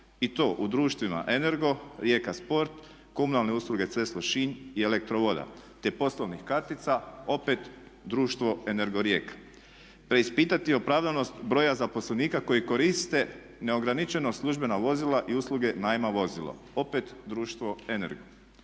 i to u društvima Energo, Rijeka Sport, Komunalne usluge Cres Lošinj i ELEKTRO-VODA, te poslovnih kartica opet društvo Energo Rijeka. Preispitati opravdanost broja zaposlenika koji koriste neograničeno službena vozila i usluge najma vozila. Opet društvo Energo.